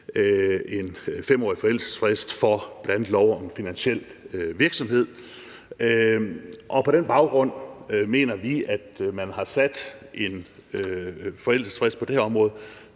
en 5-årig forældelsesfrist for bl.a. lov om finansiel virksomhed, og på den baggrund mener vi, at man har sat en forældelsesfrist på det her område,